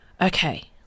Okay